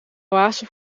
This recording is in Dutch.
oase